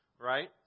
right